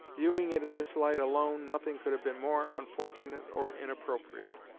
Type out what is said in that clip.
viewing it in this light alone, nothing could have been more unfortunate or inappropriate.